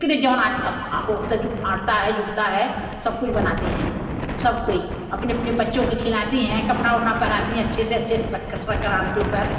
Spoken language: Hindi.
जाऊन होता जो आता है जुटता है सब कुछ बनाते हैं सब कोई अपने अपने बच्चों को खिलाते हैं कपड़ा ओढ़ना पहनते हैं अच्छे से अच्छे सक्रांति पर